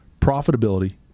profitability